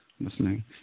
listening